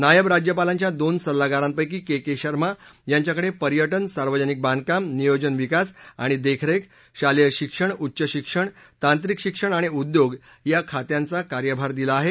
नायब राज्यपालांच्या दोन सल्लागारांपैकी के के शर्मा यांच्याकडे पर्यटन सार्वजनिक बांधकाम नियोजन विकास आणि देखरेख शालेय शिक्षण उच्च शिक्षण तांत्रिक शिक्षण आणि उद्योग या खात्यांचा कार्यभार दिला आहे